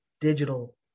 digital